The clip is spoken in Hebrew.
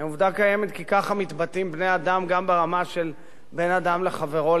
הם עובדה קיימת כי ככה מתבטאים בני-אדם גם ברמה של בן-אדם לחברו,